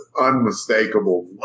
unmistakable